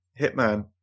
Hitman